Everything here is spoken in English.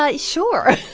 ah sure.